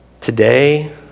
today